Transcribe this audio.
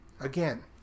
again